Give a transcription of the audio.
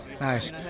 Nice